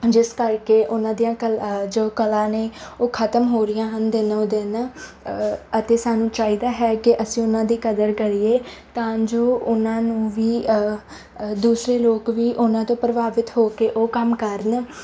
ਜਿਸ ਕਰਕੇ ਉਹਨਾਂ ਦੀਆਂ ਕਲਾ ਜੋ ਕਲਾ ਨੇ ਉਹ ਖਤਮ ਹੋ ਰਹੀਆਂ ਹਨ ਦਿਨੋਂ ਦਿਨ ਅਤੇ ਸਾਨੂੰ ਚਾਹੀਦਾ ਹੈ ਕਿ ਅਸੀਂ ਉਹਨਾਂ ਦੀ ਕਦਰ ਕਰੀਏ ਤਾਂ ਜੋ ਉਹਨਾਂ ਨੂੁੰ ਵੀ ਦੂਸਰੇ ਲੋਕ ਵੀ ਉਹਨਾਂ ਤੋਂ ਪ੍ਰਭਾਵਿਤ ਹੋ ਕੇ ਉਹ ਕੰਮ ਕਰਨ